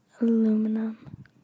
aluminum